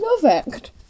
perfect